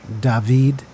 David